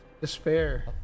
despair